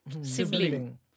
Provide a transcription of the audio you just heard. Sibling